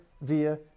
via